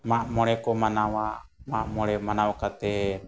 ᱢᱟᱜᱢᱚᱬᱮ ᱠᱚ ᱢᱟᱱᱟᱣᱟ ᱢᱟᱜᱢᱚᱬᱮ ᱢᱟᱱᱟᱣ ᱠᱟᱛᱮᱫ